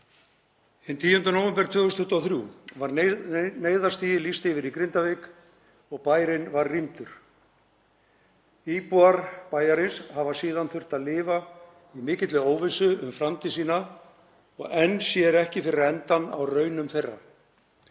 Hinn 10. nóvember 2023 var neyðarstigi lýst yfir í Grindavík og bærinn var rýmdur. Íbúar bæjarins hafa síðan þurft að lifa í mikilli óvissu um framtíð sína og enn sér ekki fyrir endann á raunum þeirra.